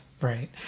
Right